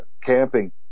camping